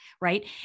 right